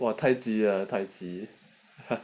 !wah! 太极 ah 太极